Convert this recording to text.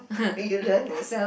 you learn yourself